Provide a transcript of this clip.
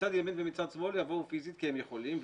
מצד ימין ומצד שמאל יבואו פיסית כי הם יכולים,